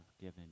given